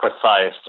precise